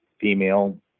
female